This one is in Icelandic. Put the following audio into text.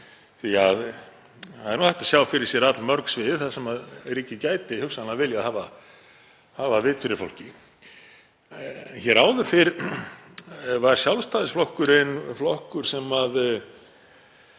megi gera. Hægt er að sjá fyrir sér allmörg svið þar sem ríkið gæti hugsanlega viljað hafa vit fyrir fólki. Hér áður fyrr var Sjálfstæðisflokkurinn flokkur sem